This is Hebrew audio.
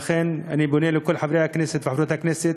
לכן אני פונה לכל חברי הכנסת וחברות הכנסת,